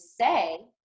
say